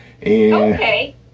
Okay